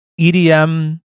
EDM